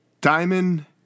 Diamond